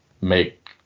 make